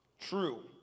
true